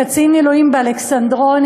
קצין מילואים באלכסנדרוני,